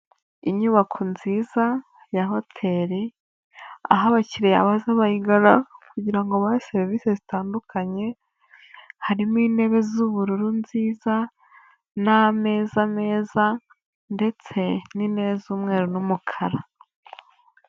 Inyubako nziza ya hotel aho abakiriya baza bayigana kugira ngo babahe serivisi zitandukanye, harimo intebe z'ubururu nziza n'ameza meza ndetse n'intebe z'umweru n'umukara.